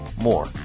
more